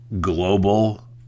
global